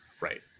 Right